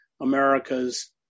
America's